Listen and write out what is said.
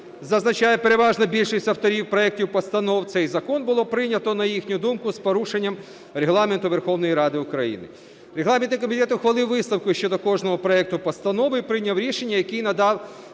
зазначає переважна більшість авторів проектів постанови, цей закон було прийнято, на їхню думку, з порушенням Регламенту Верховної Ради України. Регламентний комітет ухвалив висновок щодо кожного проекту постанови і прийняв рішення, який надав